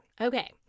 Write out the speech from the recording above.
Okay